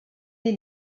die